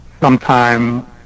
sometime